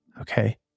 Okay